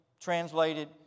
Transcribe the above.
translated